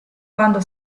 quando